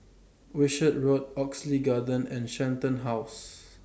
Wishart Road Oxley Garden and Shenton House